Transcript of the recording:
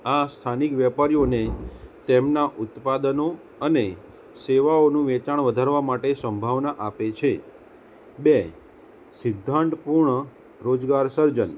આ સ્થાનિક વેપારીઓને તેમનાં ઉત્પાદનો અને સેવાઓનું વેચાણ વધારવા માટે સંભાવના આપે છે બે સિદ્ધાંતપૂર્ણ રોજગાર સર્જન